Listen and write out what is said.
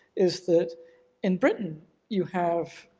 is that in britain you have,